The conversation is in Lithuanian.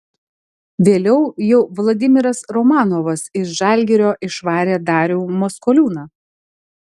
vėliau jau vladimiras romanovas iš žalgirio išvarė darių maskoliūną